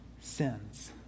sins